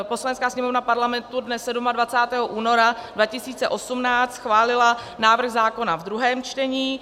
Poslanecká sněmovna Parlamentu dne 27. února 2018 schválila návrh zákona ve druhém čtení.